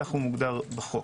כך מוגדר בחוק.